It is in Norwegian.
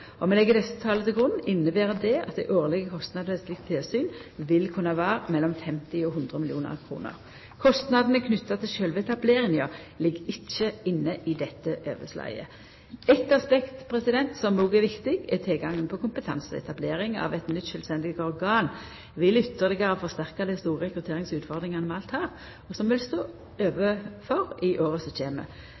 legg desse tala til grunn, inneber det at dei årlege kostnadane ved eit slikt tilsyn vil kunna vera mellom 50 og 100 mill. kr. Kostnadene knytte til sjølve etableringa ligg ikkje inne i dette overslaget. Eit aspekt som òg er viktig, er tilgangen på kompetanse. Etablering av eit nytt sjølvstendig organ vil ytterlegare forsterka dei store rekrutteringsutfordringane vi alt har, og som vi vil ha i åra som kjem.